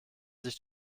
sich